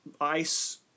ice